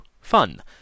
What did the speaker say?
fun